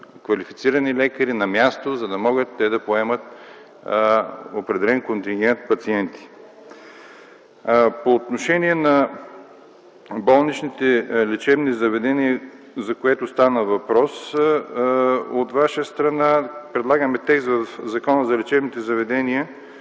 квалифицирани лекари на място, за да могат те да поемат определен контингент пациенти. По отношение на болничните лечебни заведения, за които стана въпрос от Ваша страна, предлагаме текст в Закона за лечебните заведения,